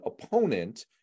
opponent